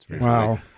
Wow